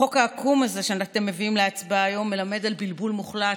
החוק העקום הזה שאתם מביאים להצבעה היום מלמד על בלבול מוחלט,